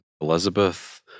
Elizabeth